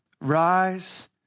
rise